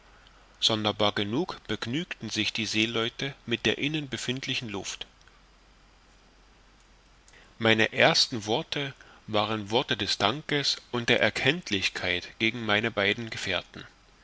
sonderbar genug begnügten sich die seeleute mit der innen befindlichen luft meine ersten worte waren worte des dankes und der erkenntlichkeit gegen meine beiden gefährten